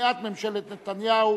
כניעת ממשלת נתניהו